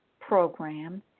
program